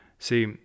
See